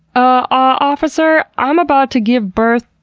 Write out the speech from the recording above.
ah, officer, i'm about to give birth,